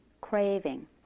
craving